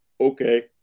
okay